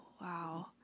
wow